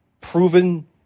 proven